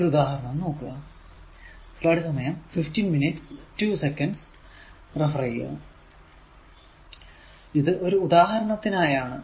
ഒരു ഉദാഹരണം നോക്കുക ഇത് ഒരു ഉദാഹരണത്തിനായാണ്